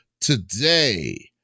Today